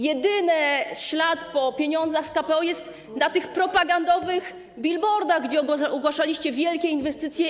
Jedyny ślad po pieniądzach z KPO jest na tych propagandowych billboardach, gdzie ogłaszaliście wielkie inwestycje.